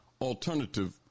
alternative